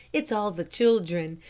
it's all the children.